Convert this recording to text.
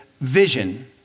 vision